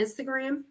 Instagram